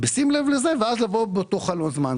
בשים לב לזה ואז לבוא באותו חלון זמן.